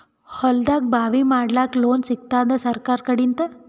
ಹೊಲದಾಗಬಾವಿ ಮಾಡಲಾಕ ಲೋನ್ ಸಿಗತ್ತಾದ ಸರ್ಕಾರಕಡಿಂದ?